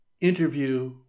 interview